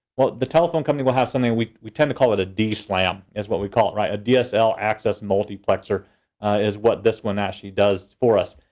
well the telephone company will have something. we we tend to call it a d slam is what we call is, right, a dsl access multiplexer is what this one actually does for us.